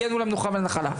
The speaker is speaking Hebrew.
הגענו למנוחה ולנחלה'.